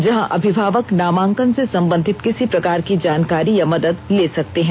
जहां अभिभावक नामांकन से संबंधित किसी प्रकार की जानकारी या मदद ले सकते हैं